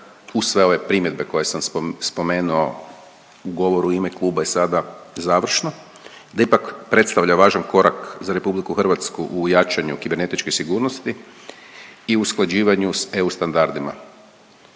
uz sve ove primjedbe koje sam spomenuo u govoru u ime kluba i sada završno, da ipak predstavlja važan korak za RH u jačanju kibernetičke sigurnosti i usklađivanju sa EU standardima.